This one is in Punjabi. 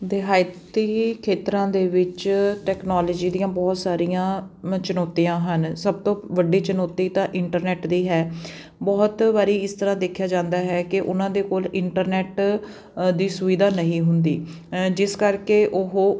ਦਿਹਾਇਤੀ ਖੇਤਰਾਂ ਦੇ ਵਿੱਚ ਟੈਕਨੋਲੋਜੀ ਦੀਆਂ ਬਹੁਤ ਸਾਰੀਆਂ ਮ ਚੁਣੌਤੀਆਂ ਹਨ ਸਭ ਤੋਂ ਵੱਡੀ ਚੁਣੌਤੀ ਤਾਂ ਇੰਟਰਨੈਟ ਦੀ ਹੈ ਬਹੁਤ ਵਾਰੀ ਇਸ ਤਰ੍ਹਾਂ ਦੇਖਿਆ ਜਾਂਦਾ ਹੈ ਕਿ ਉਹਨਾਂ ਦੇ ਕੋਲ ਇੰਟਰਨੈਟ ਅ ਦੀ ਸੁਵਿਧਾ ਨਹੀਂ ਹੁੰਦੀ ਜਿਸ ਕਰਕੇ ਉਹ